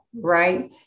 right